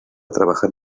trabajar